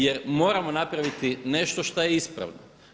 Jer, moramo napraviti nešto što je ispravno.